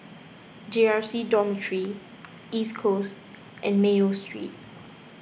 J R C Dormitory East Coast and Mayo Street